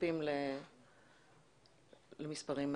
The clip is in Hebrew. מצפים למספרים מהאוצר.